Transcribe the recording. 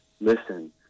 listen